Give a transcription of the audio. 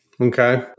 Okay